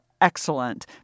excellent